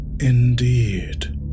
Indeed